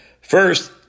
First